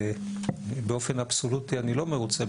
באופן אבסולוטי אני לא מרוצה.